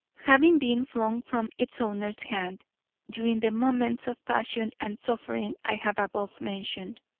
having been flung from its owner's hand during the moments of passion and suffering i have above mentioned.